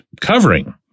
covering